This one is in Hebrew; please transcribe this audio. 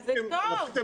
אז זה טוב.